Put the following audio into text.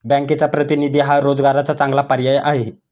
बँकचा प्रतिनिधी हा रोजगाराचा चांगला पर्याय आहे